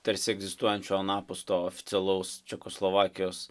tarsi egzistuojančio anapus to oficialaus čekoslovakijos